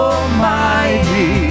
Almighty